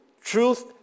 Truth